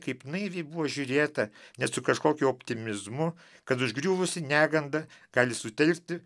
kaip naiviai buvo žiūrėta net su kažkokio optimizmo kad užgriuvusi neganda gali sutelkti